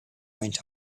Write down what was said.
went